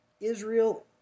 Israel